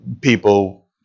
people